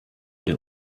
der